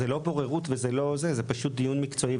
זו לא בוררות זה פשוט דיון מקצועי.